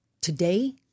Today